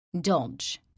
dodge